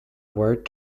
word